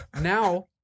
now